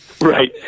Right